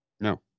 No